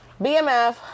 BMF